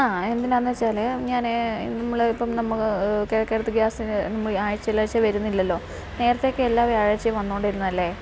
ആ എന്തിനാണെന്ന് വച്ചാൽ ഞാൻ നമ്മൾ ഇപ്പം നമ്മൾക്ക് കിഴക്കേടത്ത് ഗ്യാസിന് മുമ്പ് ആഴ്ചയിൽ ആഴ്ചയിൽ വരുന്നില്ലല്ലോ നേരത്തെയൊക്കെ എല്ലാ വ്യാഴ്ചയും വന്നു കൊണ്ടിരുന്നതല്ലേ